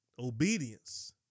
obedience